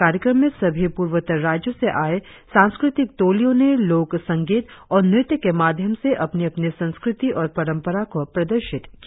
कार्यक्रम में सभी पूर्वोत्तर राज्यों से आए सांस्कृतिक टोलियों ने लोक संगीत और नृत्य के माध्यम से अपनी अपनी संस्कृति और परंपरा को प्रदर्शित किया